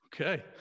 Okay